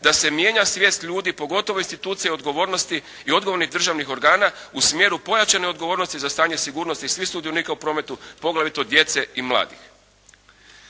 da se mijenja svijest ljudi pogotovo institucije odgovornosti i odgovornih državnih organa u smjeru pojačane odgovornosti za stanje sigurnosti svih sudionika u prometu, poglavito djece i mladih.